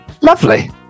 Lovely